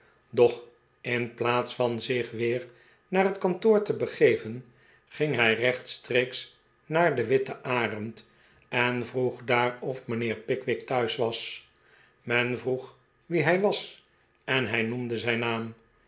doch in plaats van zich weer naar het kantoor telbegeven ging hij rechtstreeks naar de wltte arend en vroeg daar of mijnheer pickwick thuis was men vroeg wie hij was en hij noemde zijn naam